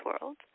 world